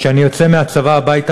כשאני יוצא מהצבא הביתה,